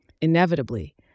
Inevitably